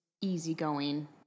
easygoing